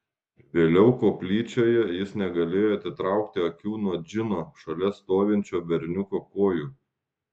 vėliau koplyčioje jis negalėjo atitraukti akių nuo džino šalia stovinčio berniuko kojų